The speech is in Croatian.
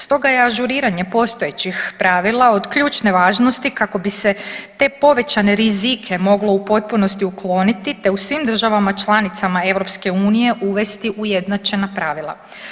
Stoga je ažuriranje postojećih pravila od ključne važnosti kako bi se te povećane rizike moglo u potpunosti ukloniti te u svim državama članicama EU uvesti ujednačena pravila.